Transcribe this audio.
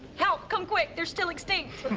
help! come quick. they're still extinct!